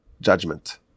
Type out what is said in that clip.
judgment